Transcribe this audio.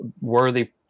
worthy